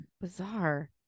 Bizarre